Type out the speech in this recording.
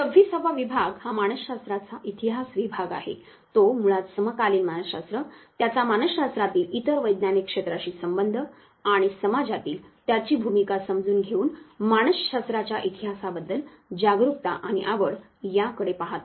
26 वा विभाग हा मानसशास्त्राचा इतिहास विभाग आहे तो मुळात समकालीन मानसशास्त्र त्याचा मानसशास्त्रातील इतर वैज्ञानिक क्षेत्राशी संबंध आणि समाजातील त्याची भूमिका समजून घेऊन मानसशास्त्राच्या इतिहासाबद्दल जागरूकता आणि आवड याकडे पाहतो